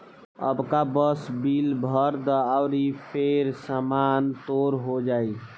अबका बस बिल भर द अउरी फेर सामान तोर हो जाइ